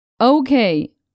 Okay